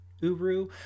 Uru